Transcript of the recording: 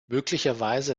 möglicherweise